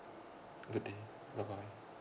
good day bye bye